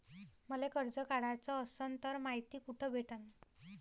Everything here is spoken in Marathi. मले कर्ज काढाच असनं तर मायती कुठ भेटनं?